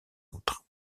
autres